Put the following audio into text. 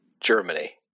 Germany